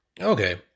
Okay